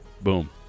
Boom